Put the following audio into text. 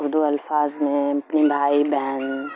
اردو الفاظ میں پن بھائی بہن